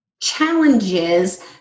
challenges